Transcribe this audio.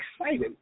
excited